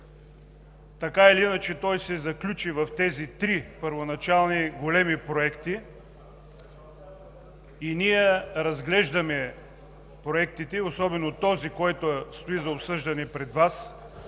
Така или иначе, той се заключи в тези три първоначални големи проекти и ние разглеждаме проектите, особено този, който стои за обсъждане пред Вас,